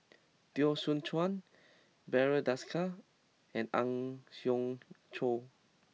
Teo Soon Chuan Barry Desker and Ang Hiong Chiok